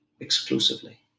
Exclusively